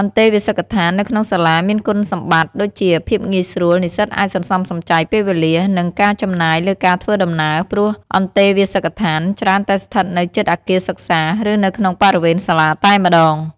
អន្តេវាសិកដ្ឋាននៅក្នុងសាលាមានគុណសម្បត្តិ ដូចជា ភាពងាយស្រួល និស្សិតអាចសន្សំសំចៃពេលវេលា និងការចំណាយលើការធ្វើដំណើរ ព្រោះអន្តេវាសិកដ្ឋានច្រើនតែស្ថិតនៅជិតអគារសិក្សា ឬនៅក្នុងបរិវេណសាលាតែម្ដង។